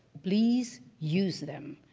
please use them.